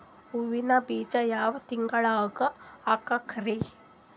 ಹೂವಿನ ಬೀಜ ಯಾವ ತಿಂಗಳ್ದಾಗ್ ಹಾಕ್ಬೇಕರಿ?